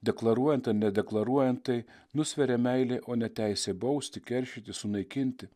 deklaruojant ar nedeklaruojant tai nusveria meilė o ne teisė bausti keršyti sunaikinti